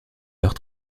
leurs